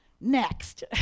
Next